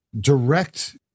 direct